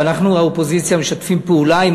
ואנחנו, האופוזיציה משתפים פעולה עם